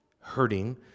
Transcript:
hurting